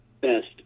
best